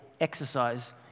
exercise